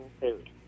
food